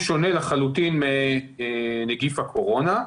הוא שונה לחלוטין מנגיף הקורונה.